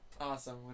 Awesome